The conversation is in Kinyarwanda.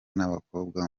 n’abakobwa